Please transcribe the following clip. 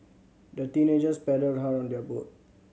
the teenagers paddled hard on their boat